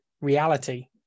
reality